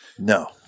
No